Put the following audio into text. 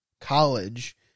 College